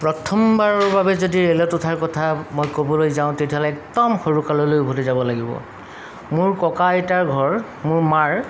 প্ৰথমবাৰৰ বাবে যদি ৰে'লত উঠাৰ কথা মই ক'বলৈ যাওঁ তেতিয়াহ'লে একদম সৰুকাললৈ উভতি যাব লাগিব মোৰ ককা আইতাৰ ঘৰ মোৰ মাৰ